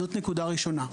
זאת נקודה ראשונה.